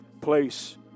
place